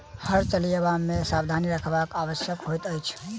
हर चलयबा मे सावधानी राखब आवश्यक होइत अछि